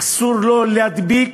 אסור להדביק